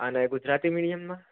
અને ગુજરાતી મીડીયમમાં